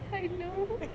I know